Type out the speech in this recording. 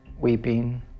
weeping